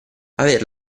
aver